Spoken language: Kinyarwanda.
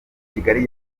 kigali